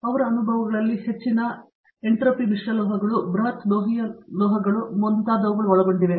ಅವರ ಅನುಭವಗಳಲ್ಲಿ ಹೆಚ್ಚಿನ ಎಂಟ್ರೊಪಿ ಮಿಶ್ರಲೋಹಗಳು ಬೃಹತ್ ಲೋಹೀಯ ಲೋಹಗಳು ಮತ್ತು ಮುಂತಾದವುಗಳನ್ನು ಒಳಗೊಂಡಿದೆ